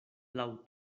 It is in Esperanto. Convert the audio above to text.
laŭ